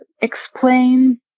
explain